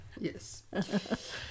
Yes